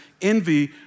envy